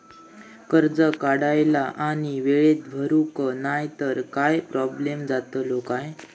कर्ज काढला आणि वेळेत भरुक नाय तर काय प्रोब्लेम जातलो काय?